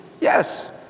Yes